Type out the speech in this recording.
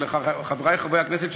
ולחברי חברי הכנסת,